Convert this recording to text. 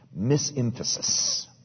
misemphasis